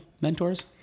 mentors